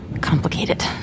complicated